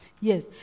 Yes